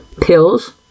pills